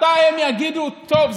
מתי הם יגידו: טוב,